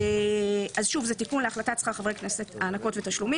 זה תיקון להחלטת שכר חברי הכנסת (הענקות ותשלומים),